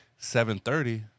730